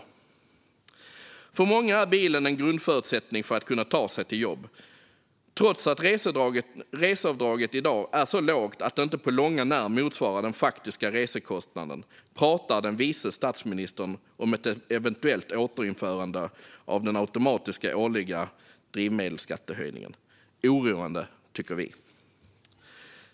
För många är bilen en grundförutsättning för att kunna ta sig till jobbet. Trots att reseavdraget i dag är så lågt att det inte på långt när motsvarar den faktiska resekostnaden pratar den vice statsministern om ett eventuellt återinförande av den automatiska årliga drivmedelsskattehöjningen. Oroande, tycker vi!